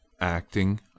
Acting